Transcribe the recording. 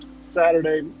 Saturday